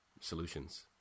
solutions